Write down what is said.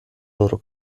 loro